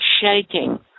shaking